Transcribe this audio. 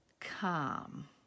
calm